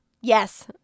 Yes